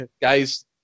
guys